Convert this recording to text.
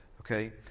okay